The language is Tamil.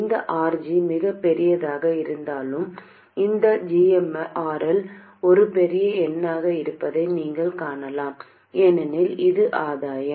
இந்த RG மிகப் பெரியதாக இருந்தாலும் இந்த gmRL ஒரு பெரிய எண்ணாக இருப்பதை நீங்கள் காணலாம் ஏனெனில் இது ஆதாயம்